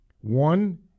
One